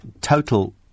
total